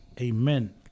Amen